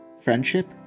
friendship